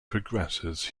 progresses